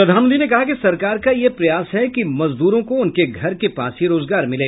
प्रधानमंत्री ने कहा कि सरकार का यह प्रयास है कि मजदूरों को उनके घर के पास ही रोजगार मिले